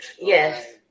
Yes